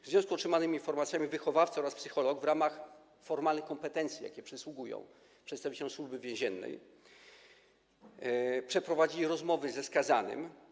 W związku z otrzymanymi informacjami wychowawcy oraz psycholog w ramach formalnych kompetencji, jakie przysługują przedstawicielom Służby Więziennej, przeprowadzili rozmowy ze skazanym.